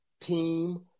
Team